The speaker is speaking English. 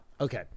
Okay